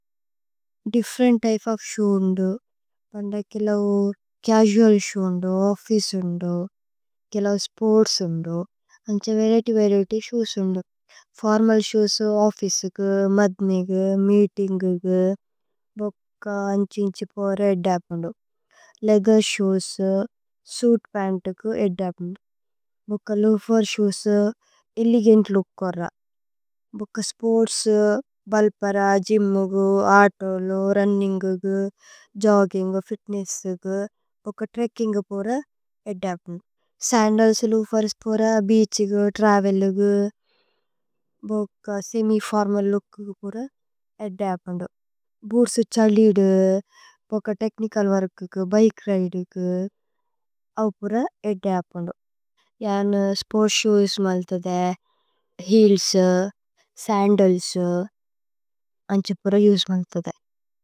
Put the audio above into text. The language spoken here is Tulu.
ദിഫരേം ടാഇഫ അപ ശൂ ഉണ്ഡോ, പണ്ഡാ കേ ലോഗ കൈജൌല ശൂ ഉണ്ഡോ, ഓഫിസ ഉന്ഡോ, കേ ലോഗ സ്പോര്സ ഉണ്ഡോ, അനചാ വേരേടീ വേരേടീ ശൂസ ഉണ്ഡോ। ഫാര്മല ശൂസ ഓഫിസ കു, മധ്മീ ഗു, മീടിംഗ ഗു, ബുക അന്ചീംച പോര ഏഡ़ാപന്ഡു, ലേധര ശൂസ, സൂട പൈന്ട കു ഏഡ़ാപന്ഡു, ബുക ലൂഫര ശൂസ, ഇലിഗേംട ലൂക കോരാ, ബുക സ്പോര്സ, ബല്പര, ജിമ ഗു, ആടോല, രന്നിംഗ ഗു, ജൌഗിംഗ, ഫിടനേസ ഗു, ബുക ട്രേകിംഗ പോര ഏഡ़ാപന്ഡു, സാന്ഡല ലൂഫര പോര ബീച ഗു, ട്രാവല ഗു, ബുക സേമീ ഫാര്മല ലൂക പോര ഏഡ़ാപന്ഡു, സാന്ഡല ലൂഫര പോര ഏഡ़ാപന്ഡു,